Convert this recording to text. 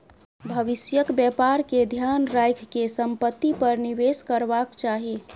भविष्यक व्यापार के ध्यान राइख के संपत्ति पर निवेश करबाक चाही